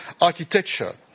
architecture